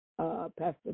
Pastor